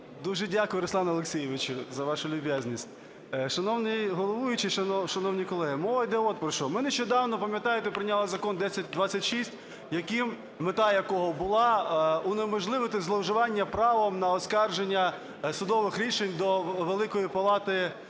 Дуже дякую, Руслане Олексійовичу, за вашу люб'язність. Шановний головуючий, шановні колеги, мова йде от про що. Ми нещодавно, пам'ятаєте, прийняли закон 1026, мета якого була унеможливити зловживання правом на оскарження судових рішень до Великої Палати